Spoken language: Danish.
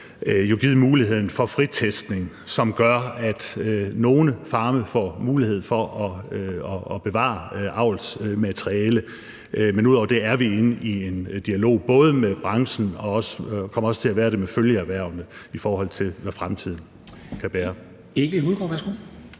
givet muligheden for fritestning, hvilket gør, at nogle farme får mulighed for at bevare avlsmateriale. Men ud over det er vi i en dialog med branchen, og det kommer vi også til at være med følgeerhvervene, om, hvad fremtiden kan bære.